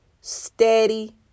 steady